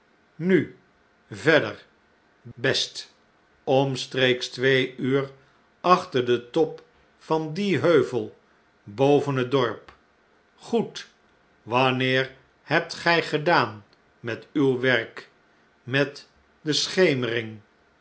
nu i verder i best omstreeks twee uur achter den top van dien heuvel boven het dorp goed wanneer hebt gig gedaan met uw werk met de schemering